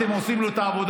אתם עושים לו את העבודה,